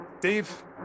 Dave